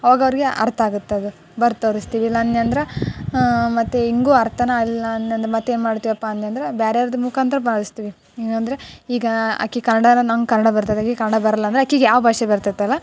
ಅವಾಗ ಅವ್ರಿಗೆ ಅರ್ಥ ಆಗುತ್ತದು ಬರ್ದು ತೋರಿಸ್ತೀವಿ ಇಲ್ಲ ಅನ್ನಿ ಅಂದ್ರ ಮತ್ತೆ ಹಿಂಗೂ ಅರ್ಥನೇ ಆಗಲಿಲ್ಲ ಅನ್ಯಂದ್ರ ಮತ್ತೇನು ಮಾಡ್ತೀವಪ್ಪ ಅನ್ಯಂದ್ರ ಬೇರೆಯವ್ರ್ದು ಮುಖಾಂತರ ಬರೆಸ್ತೀವಿ ಏನೆಂದ್ರೆ ಈಗ ಆಕೆ ಕನ್ನಡವನ್ನ ನಂಗೆ ಕನ್ನಡ ಬರ್ತದೆ ಕನ್ನಡ ಬರೋಲ್ಲ ಅಂದ್ರೆ ಆಕೆಗೆ ಯಾವ ಭಾಷೆ ಬರ್ತೈತಲ್ಲ